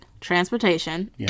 transportation